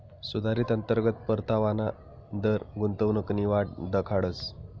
सुधारित अंतर्गत परतावाना दर गुंतवणूकनी वाट दखाडस